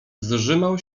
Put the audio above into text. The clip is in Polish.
zżymał